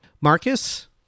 Marcus